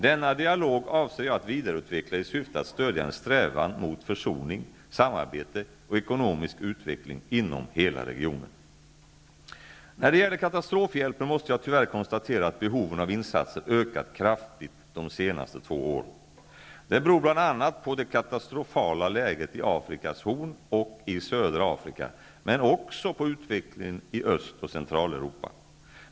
Denna dialog avser jag att vidareutveckla i syfte att stödja en strävan mot försoning, samarbete och ekonomisk utveckling inom hela regionen. När det gäller katastrofhjälpen måste jag tyvärr konstatera att behoven av insatser ökat kraftigt de senaste två åren. Det beror bl.a. på det katastrofala läget i Afrikas horn och i södra Afrika men också på utvecklingen i Öst och Centraleuropa.